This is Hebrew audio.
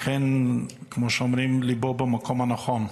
לכן, כמו שאומרים, ליבו במקום הנכון.